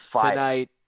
tonight